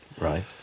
Right